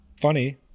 funny